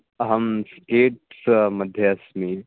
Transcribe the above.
अहं स्केट्स् मध्ये अस्मि